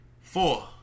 Four